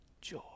joy